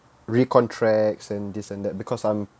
recontracts and this and that because I'm